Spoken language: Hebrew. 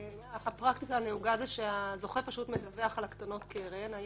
הפרקטיקה הנהוגה היא שהזוכה פשוט מדווח על הקטנות קרן.